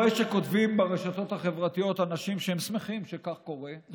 אני רואה אנשים שכותבים ברשתות החברתיות שהם שמחים שכך קורה,